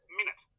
minute